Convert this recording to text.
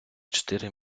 чотири